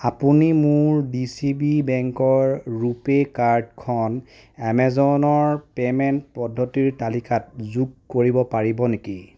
আপুনি মোৰ ডিচিবি বেংকৰ ৰুপে' কাৰ্ডখন এমেজনৰ পে'মেণ্ট পদ্ধতিৰ তালিকাত যোগ কৰিব পাৰিব নেকি